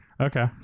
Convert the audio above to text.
Okay